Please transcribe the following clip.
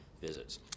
visits